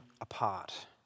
apart